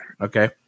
Okay